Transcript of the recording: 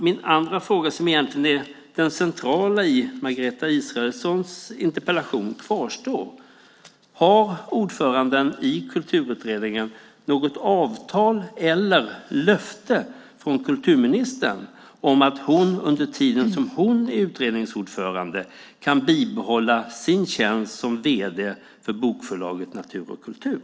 Min andra fråga kvarstår, som egentligen är den centrala i Margareta Israelssons interpellation: Har ordföranden i Kulturutredningen något avtal eller löfte från kulturministern att hon under tiden som hon är utredningsordförande kan bibehålla sin tjänst som vd för bokförlaget Natur & Kultur?